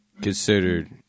considered